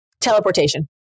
Teleportation